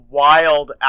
wild